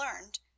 learned